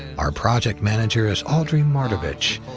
our project manager is audrey mardavich,